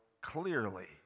clearly